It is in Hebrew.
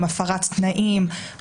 הפרת תנאים,